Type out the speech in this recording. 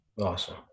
Awesome